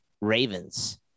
Ravens